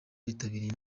bitabiriye